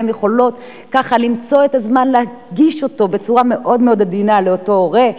הן יכולות ככה למצוא את הזמן ולהגיש אותו בצורה מאוד עדינה לאותו הורה.